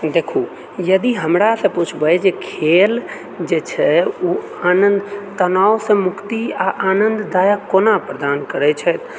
देखु यदि हमरासँ पुछबै जे खेल जे छै ओ आनन्द तनावसँ मुक्ति आ आनन्ददायक कोना प्रदान करैत छै